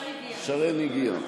שרן הגיעה.